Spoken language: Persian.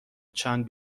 چند